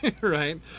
right